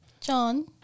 John